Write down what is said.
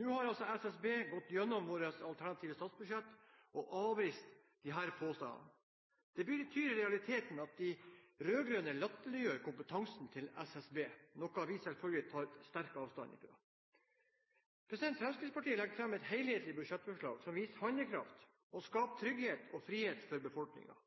Nå har altså SSB gått igjennom vårt alternative statsbudsjett og avvist disse påstandene. Det betyr i realiteten at de rød-grønne latterliggjør kompetansen til SSB, noe vi selvfølgelig tar sterkt avstand fra. Fremskrittspartiet legger fram et helhetlig budsjettforslag som viser handlekraft, og skaper trygghet og frihet for befolkningen.